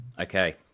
Okay